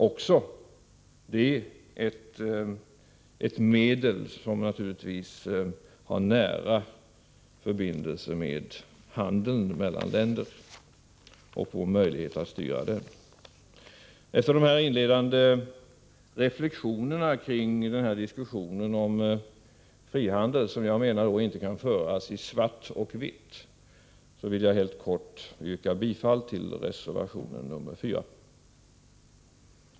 Även detta är ett medel som naturligtvis har nära förbindelse med handeln mellan länder och våra möjligheter att styra denna. Efter dessa inledande reflexioner kring diskussionen om frihandel, som jag menar inte kan föras i svart och vitt, vill jag helt kort yrka bifall till reservation 4.